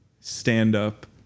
stand-up